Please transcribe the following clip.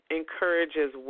encourages